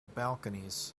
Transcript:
balconies